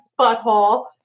butthole